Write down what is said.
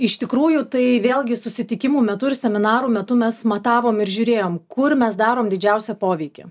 iš tikrųjų tai vėlgi susitikimų metu ir seminarų metu mes matavom ir žiūrėjom kur mes darom didžiausią poveikį